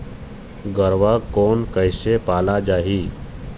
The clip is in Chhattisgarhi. गरवा कोन कइसे पाला जाही?